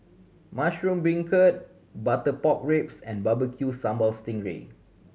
mushroom beancurd butter pork ribs and Barbecue Sambal sting ray